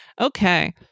Okay